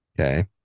Okay